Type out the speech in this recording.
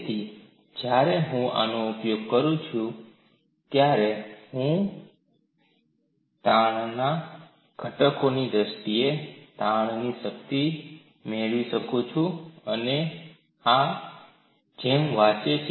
તેથી જ્યારે હું આનો ઉપયોગ કરું છું ત્યારે હું તાણના ઘટકોની દ્રષ્ટિએ તાણની શક્તિ મેળવી શકું છું અને તે આ જેમ વાંચે છે